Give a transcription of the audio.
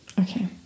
Okay